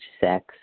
sex